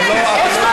דברי